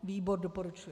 Výbor doporučuje.